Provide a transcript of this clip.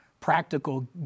practical